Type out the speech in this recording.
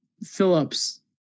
Phillips